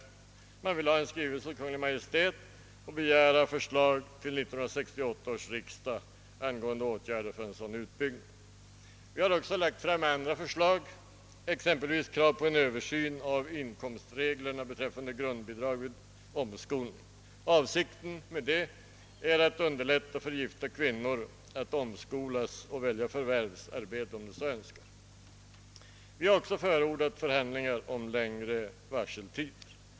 Motionärerna ville att riksdagen i skrivelse till Kungl. Maj:t skulle begära förslag till 1968 års riksdag angående åtgärder för en sådan utbyggnad. Vi har också lagt fram andra förslag, exempelvis krav om översyn av inkomstreglerna för grundbidraget vid omskolning. Avsikten med det förslaget är att underlätta för gifta kvinnor att bli omskolade och kunna välja förvärvsarbete, om de så önskar. Vi har också förordat förhandlingar om längre varseltid.